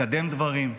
לקדם דברים,